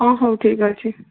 ହଁ ହଉ ଠିକ୍ ଅଛି